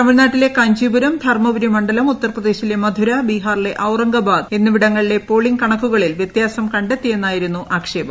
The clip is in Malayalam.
തമിഴ്നാട്ടിലെ കാഞ്ചീപുരം ധർമപുരി മണ്ഡലം ഉത്തർപ്രദേശിലെ മഥുര ബിഹാറിലെ ഔറംഗബാദ് മണ്ഡലം എന്നിവിടങ്ങളിലെ പോളിംഗ് കണക്കുകളിൽ വ്യത്യാസം കണ്ടെത്തിയെന്നായിരുന്നു ആക്ഷേപം